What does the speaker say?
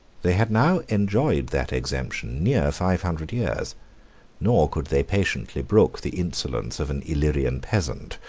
they had now enjoyed that exemption near five hundred years nor could they patiently brook the insolence of an illyrian peasant,